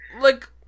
like-